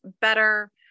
better